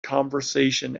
conversation